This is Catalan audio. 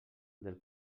del